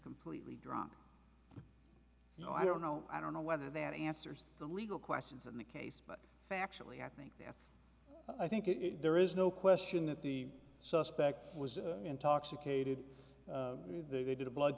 completely drunk so i don't know i don't know whether that answers the legal questions in the case but factually i think that i think if there is no question that the suspect was intoxicated they did a blood